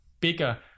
bigger